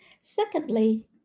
Secondly